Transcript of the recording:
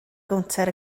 gownter